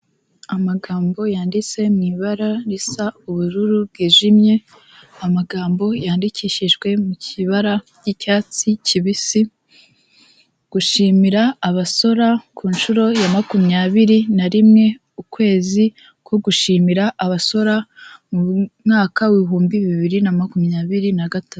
Amagambo yanditse mu ibara risa ubururu bwijimye, amagambo yandikishijwe mu kibara ry'icyatsi kibisi, gushimira abasora ku nshuro ya makumyabiri na rimwe, ukwezi ko gushimira abasora mu mwaka w ibihumbi bibiri na makumyabiri na gatatu.